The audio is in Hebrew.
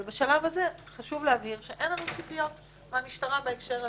אבל בשלב הזה חשוב להבהיר שאין לנו ציפיות מהמשטרה בהקשר הזה.